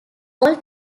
all